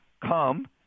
come